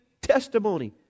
testimony